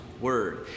Word